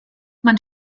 man